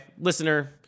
listener